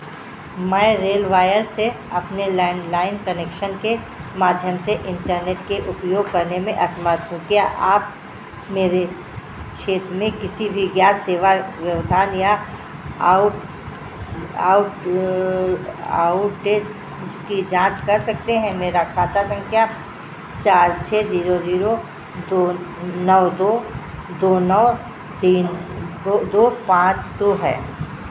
मैं रेलवायर से अपने लैंडलाइन कनेक्शन के माध्यम से इंटरनेट के उपयोग करने में असमर्थ हूँ क्या आप मेरे क्षेत्र में किसी भी ज्ञात सेवा व्यवधान या आउट आउट आउटेज की जाँच कर सकते हैं मेरा खाता संख्या चार छः जीरो जीरो दो नौ दो दो नौ तीन दो पाँच दो है